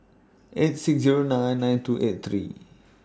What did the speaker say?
eight six Zero nine nine two eight three